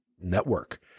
network